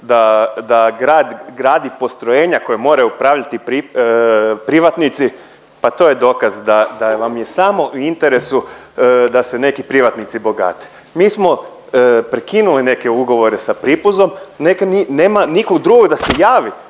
da grad gradi postrojenja kojim moraju upravljati privatnici, pa to je dokaz da, da vam je samo u interesu da se neki privatnici bogate. Mi smo prekinuli neke ugovore sa Pripuzom, nema nikog drugog da se javi,